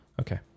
okay